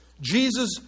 Jesus